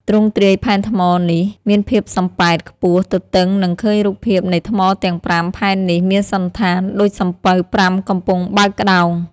ទ្រង់ទ្រាយផែនថ្មនេះ មានភាពសំប៉ែត ខ្ពស់ទទុងនៅឃើញរូបភាពនៃថ្មទាំង ៥ ផែននេះ មានសណ្ឋានដូចសំពៅ ៥ កំពុងបើកក្តោង។